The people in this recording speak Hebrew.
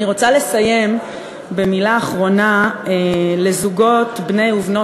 אני רוצה לסיים במילה אחרונה לזוגות בני ובנות